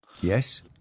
Yes